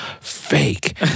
fake